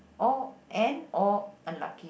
or and or unlucky